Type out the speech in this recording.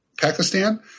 Pakistan